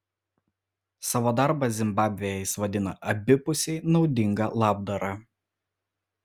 savo darbą zimbabvėje jis vadina abipusiai naudinga labdara